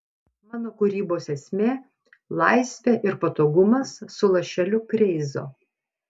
mano kūrybos esmė laisvė ir patogumas su lašeliu kreizo